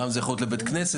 פעם זה יכול להיות לבית כנסת,